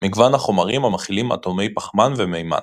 - מגוון החומרים המכילים אטומי פחמן ומימן.